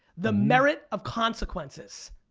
the merit of consequences,